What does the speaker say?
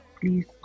please